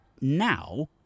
now